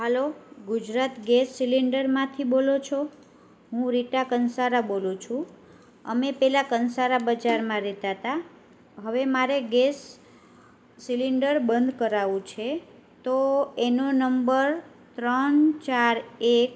hello Gujarat gas સિલિન્ડરમાંથી બોલો છો હું રીટા કંસારા બોલું છું અમે પેલા કંસારા બજારમાં રેતા તા હવે મારે ગેસ સિલિન્ડર બંધ કરાવું છે તો એનો નંબર ત્રણ ચાર એક